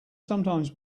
sometimes